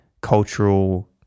cultural